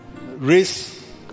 race